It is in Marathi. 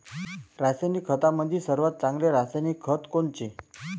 रासायनिक खतामंदी सर्वात चांगले रासायनिक खत कोनचे?